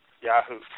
yahoo